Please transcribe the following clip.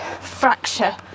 fracture